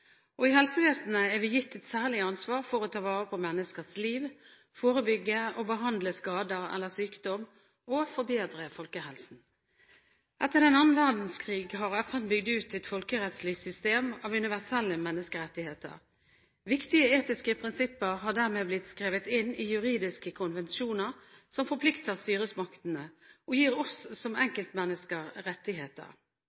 hverandre. I helsevesenet er vi gitt et særlig ansvar for å ta vare på menneskers liv, forebygge og behandle skader eller sykdom og forbedre folkehelsen. Etter annen verdenskrig har FN bygd ut et folkerettslig system av universelle menneskerettigheter. Viktige etiske prinsipper har dermed blitt skrevet inn i juridiske konvensjoner som forplikter styresmaktene – og gir oss som